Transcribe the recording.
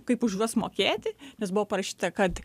kaip už juos mokėti nes buvo parašyta kad